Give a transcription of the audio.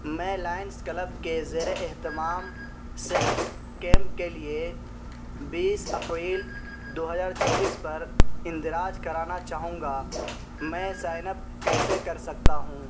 میں Lions club کے زیر اہتمام صحت کیمپ کے لیے بیس اپریل دو ہزار چوبیس پر اندراج کرانا چاہوں گا میں سائن اپ کیسے کر سکتا ہوں